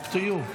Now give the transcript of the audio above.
Up to you.